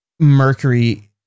mercury